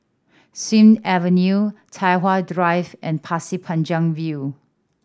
Sing Avenue Tai Hwan Drive and Pasir Panjang View